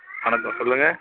வணக்கம் சொல்லுங்கள்